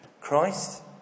Christ